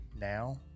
now